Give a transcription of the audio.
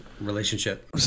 relationship